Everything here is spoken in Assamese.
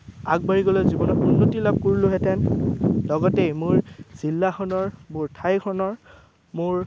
আগবাঢ়ি গ'লে জীৱনত উন্নতি লাভ কৰিলোঁহেঁতেন লগতেই মোৰ জিলাখনৰ মোৰ ঠাইখনৰ মোৰ